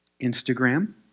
Instagram